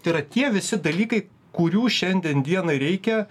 tai yra tie visi dalykai kurių šiandien dienai reikia